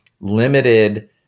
limited